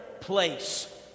place